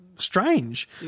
Strange